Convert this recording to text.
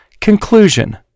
Conclusion